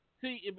see